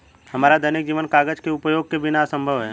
हमारा दैनिक जीवन कागज के उपयोग के बिना असंभव है